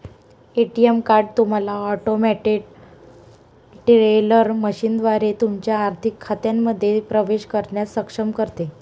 ATM card तुम्हाला automated teller मशीनद्वारे तुमच्या आर्थिक खात्यांमध्ये प्रवेश करण्यास सक्षम करते